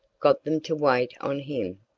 got them to wait on him.